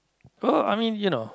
oh I mean you know